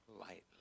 lightly